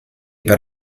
per